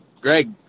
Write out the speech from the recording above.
Greg